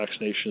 vaccinations